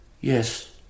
yes